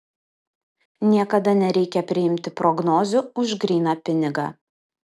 niekada nereikia priimti prognozių už gryną pinigą